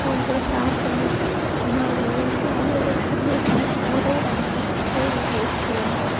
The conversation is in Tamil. அவங்க கூட ஷேர் பண்ணிப்பேன் ஆனால் அவங்க வந்து அவங்களோட பொருளை எதுவும் என்னை தொட விட மாட்டாங்க சரி ஓகே